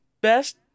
best